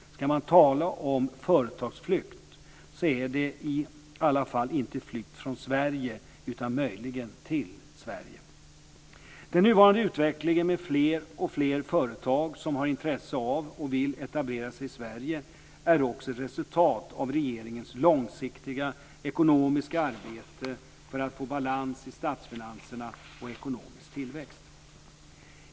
Ska man tala om företagsflykt så är det i alla fall inte flykt från Sverige, utan möjligen till Sverige. Den nuvarande utvecklingen med fler och fler företag som har intresse av och vill etablera sig i Sverige är också ett resultat av regeringens långsiktiga ekonomiska arbete för att få balans i statsfinanserna och ekonomisk tillväxt.